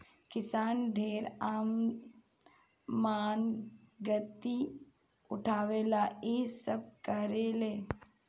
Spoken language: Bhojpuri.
किसान ढेर मानगती उठावे ला इ सब करेले